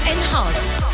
Enhanced